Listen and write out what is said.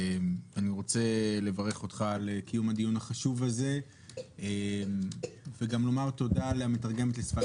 אני רוצה לברך אותך על קיום הדיון החשוב הזה וגם לומר תודה למתרגמת לשפת